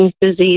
disease